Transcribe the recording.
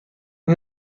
این